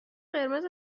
قرمز